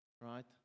Right